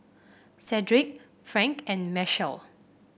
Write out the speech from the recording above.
Cedric Frank and Mechelle